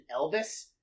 Elvis